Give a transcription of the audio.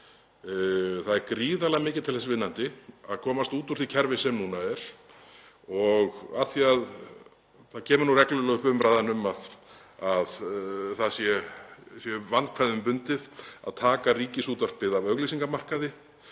Það er gríðarlega mikið til þess vinnandi að komast út úr því kerfi sem núna er. Og af því að umræðan kemur reglulega upp um að það sé vandkvæðum bundið að taka Ríkisútvarpið af auglýsingamarkaði